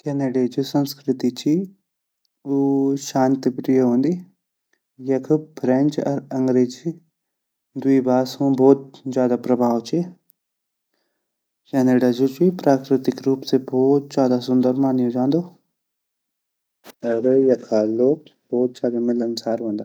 कनाडे जु संस्कृति ची उ शांतिप्रिय वोन्दि यख फ्रेंच अर अंग्रेजी द्वी भाषा भोत ज़्यादा प्रभाव ची कनाडा जु ची प्राकृतिक रूप से भोत ज़्यादा सुन्दर मान्यु जांदू अर यखा लोग भोत ज़्यादा मिलनसार वोन्दा।